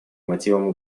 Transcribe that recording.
мотивам